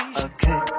okay